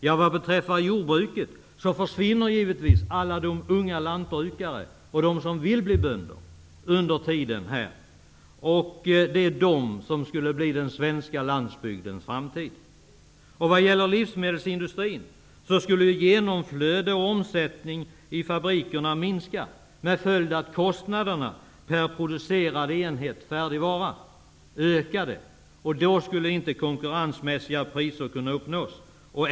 Ja, vad beträffar jordbruket försvinner givetvis alla de unga lantbrukare och de som vill bli bönder under tiden -- det var de som skulle bli den svenska landsbygdens framtid. När det gäller livsmedelindustrin skulle genomflöde och omsättning i fabrikerna minska, vilket skulle få till följd att kostnaderna per producerad enhet färdig vara ökade. Då skulle inte konkurrensmässiga priser kunna uppnås.